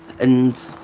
and.